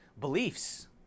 beliefs